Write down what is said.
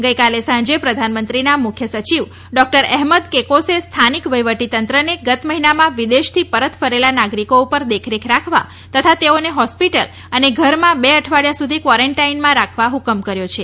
ગઇકાલે સાંજે પ્રધાનમંત્રીના મુખ્ય સચિવ ડૉક્ટર અહેમદ કેકોસે સ્થાનીક વહીવટી તંત્રને ગત મહિનામાં વિદેશથી પરત ફરેલા નાગરીકો ઉપર દેખરેખ રાખવા તથા તેઓને હોસ્પીટલ અને ઘરમાં બે અઠવાડીયા સુધી કવારેન્ટાઇનમાં રાખવા હ્કમ કર્યો છે